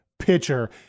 pitcher